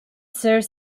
serves